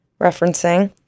referencing